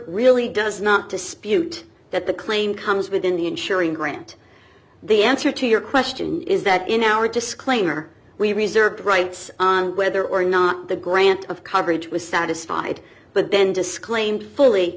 really does not dispute that the claim come within the ensuring grant the answer to your question is that in our disclaimer we reserved rights on whether or not the grant of coverage was satisfied but then disclaimed fully